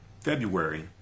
February